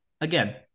again